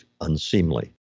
unseemly